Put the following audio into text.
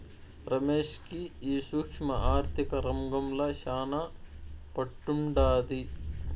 రమేష్ కి ఈ సూక్ష్మ ఆర్థిక రంగంల శానా పట్టుండాది